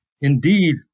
indeed